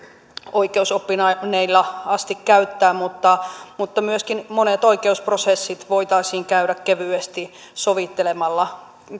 oikeusoppineilla asti käyttää mutta mutta myöskin monet oikeusprosessit voitaisiin käydä kevyesti sovittelemalla